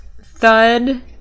thud